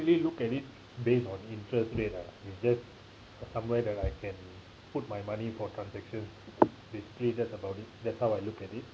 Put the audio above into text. look at it based on interest rate ah is just somewhere that I can put my money for transaction basically that's about it that's how I look at it